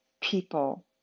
people